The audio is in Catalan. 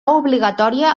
obligatòria